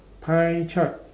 pie chart